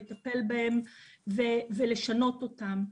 לטפל בהם ולשנות אותם.